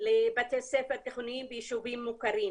לבתי ספר תיכוניים ביישובים מוכרים.